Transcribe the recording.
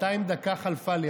בינתיים דקה חלפה לי,